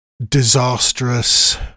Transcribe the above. disastrous